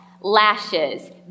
lashes